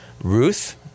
Ruth